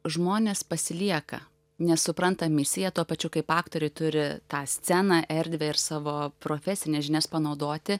žmonės pasilieka nes supranta misiją tuo pačiu kaip aktoriai turi tą sceną erdvę ir savo profesines žinias panaudoti